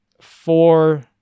four